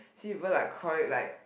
see people like cry like